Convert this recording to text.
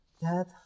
Dad